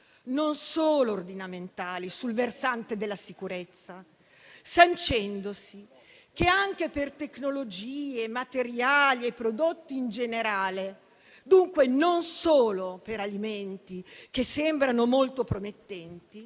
non solo ordinamentali, sul versante della sicurezza, sancendosi che anche per tecnologie, materiali e prodotti in generale, dunque non solo per alimenti che sembrano molto promettenti,